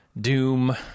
Doom